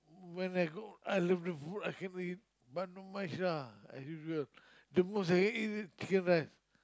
when I go I love the food I can eat but not much lah I realise the most I can eat is chicken rice